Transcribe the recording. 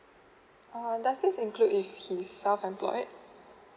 uh does this include if he's self employed